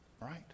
right